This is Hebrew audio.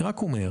אני רק מדבר,